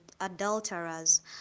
adulterers